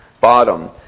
bottom